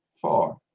four